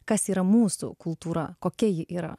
kas yra mūsų kultūra kokia ji yra